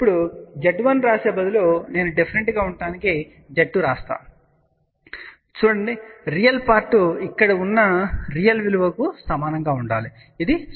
ఇప్పుడు z1 వ్రాసే బదులు నేను డిఫరెంట్ గా ఉండటానికి z2 వ్రాసాను విలువను చదవండి రియల్ పార్ట్ ఇక్కడ ఉన్న రియల్ విలువ కు సమానంగా ఉండాలి ఇది 0